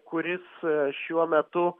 kuris šiuo metu